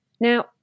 Now